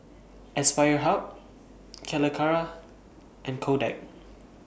Aspire Hub Calacara and Kodak